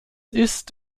ist